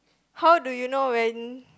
how do you know when